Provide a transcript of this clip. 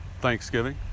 Thanksgiving